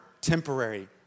temporary